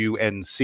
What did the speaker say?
UNC